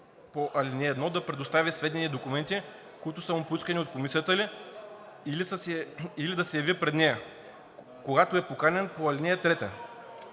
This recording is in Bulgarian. по ал. 1 да предостави сведения и документи, които са му поискани от комисията, или да се яви пред нея, когато е поканен по ал. 3,